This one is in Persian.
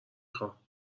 خوام